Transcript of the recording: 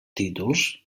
títols